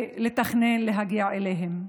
לתכנן ולהגיע אליהם.